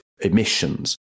emissions